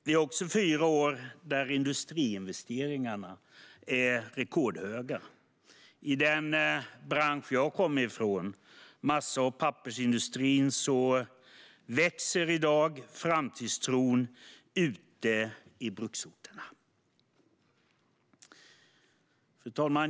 Det har också varit fyra år med rekordhöga industriinvesteringar. I den bransch jag kommer från, massa och pappersindustrin, växer i dag framtidstron i bruksorterna. Fru talman!